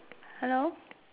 hello